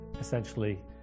essentially